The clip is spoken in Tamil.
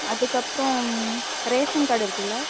அதுக்கப்புறம் ரேஷன் கார்டு இருக்குதுல்ல